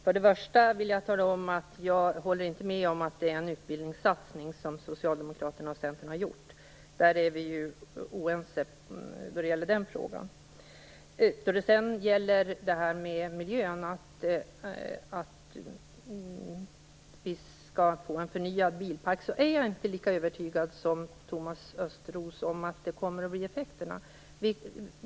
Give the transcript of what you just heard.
Herr talman! Jag håller inte med om att det är en utbildningssatsning som Socialdemokraterna och Centern har gjort. Vad gäller den frågan är vi oense. Jag är heller inte lika övertygad som Thomas Östros om att en förnyelse av bilparken kommer att ha positiva effekter på miljön.